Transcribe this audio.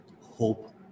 hope